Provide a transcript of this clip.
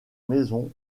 maisons